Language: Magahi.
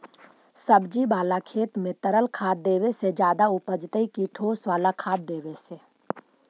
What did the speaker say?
सब्जी बाला खेत में तरल खाद देवे से ज्यादा उपजतै कि ठोस वाला खाद देवे से?